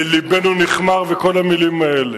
לבנו נכמר וכל המלים האלה.